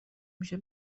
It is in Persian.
میشه